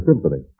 Symphony